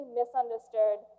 misunderstood